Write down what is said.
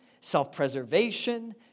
self-preservation